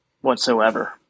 whatsoever